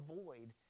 avoid